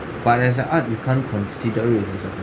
but as a art you can't consider it's also